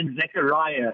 Zechariah